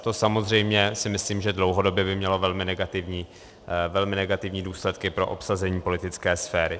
To samozřejmě si myslím, že dlouhodobě by mělo velmi negativní důsledky pro obsazení politické sféry.